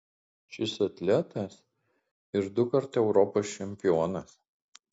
šis atletas ir dukart europos čempionas